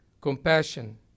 compassion